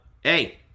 hey